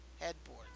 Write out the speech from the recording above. headboard